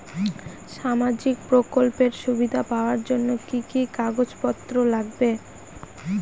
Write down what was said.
সামাজিক প্রকল্পের সুবিধা পাওয়ার জন্য কি কি কাগজ পত্র লাগবে?